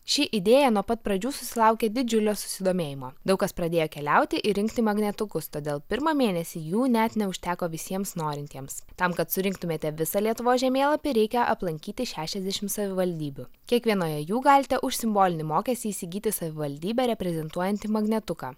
ši idėja nuo pat pradžių susilaukė didžiulio susidomėjimo daug kas pradėjo keliauti ir rinkti magnetukus todėl pirmą mėnesį jų net neužteko visiems norintiems tam kad surinktumėte visą lietuvos žemėlapį reikia aplankyti šešiasdešim savivaldybių kiekvienoje jų galite už simbolinį mokestį įsigyti savivaldybę reprezentuojantį magnetuką